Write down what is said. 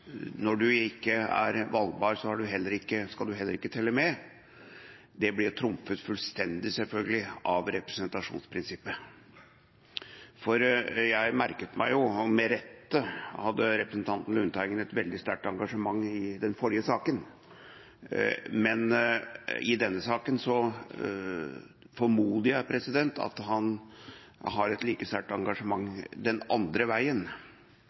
når man ikke er valgbar, skal man heller ikke telle med, blir trumfet fullstendig – selvfølgelig – av representasjonsprinsippet. Jeg merket meg at representanten Lundteigen – med rette – hadde et veldig sterkt engasjement i den forrige saka, men i denne saka formoder jeg at han har et like sterkt engasjement den andre veien,